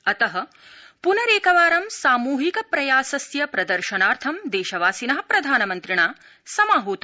अतः प्नरेकवारं सामूहिक प्रयासस्य प्रदर्शनार्थ देशवासिन प्रधानमन्त्रिणा समाहता